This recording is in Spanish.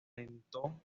alentó